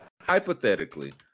hypothetically